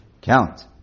count